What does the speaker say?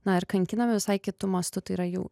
na ir kankinami visai kitu mastu tai yra jų